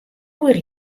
oer